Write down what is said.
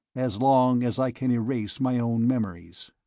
as long as i can erase my own memories.